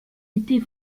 était